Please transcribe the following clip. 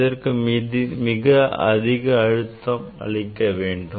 இதற்கு மிக அதிக மின்னழுத்தத்தை அளிக்க வேண்டும்